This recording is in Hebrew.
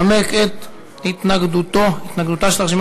אדוני עשר דקות לנמק את התנגדותה של הרשימה